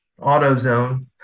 AutoZone